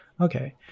Okay